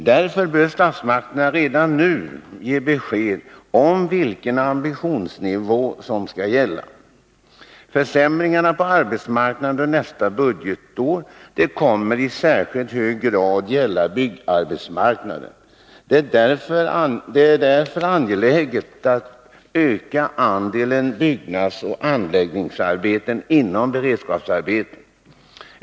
Därför bör statsmakterna redan nu ge besked om vilken ambitionsnivå som skall gälla. Försämringarna på arbetsmarknaden under nästa budgetår kommer i särskilt hög grad att gälla byggarbetsmarknaden. Därför är det angeläget att öka andelen byggnadsoch anläggningsarbeten inom beredskapsarbetena.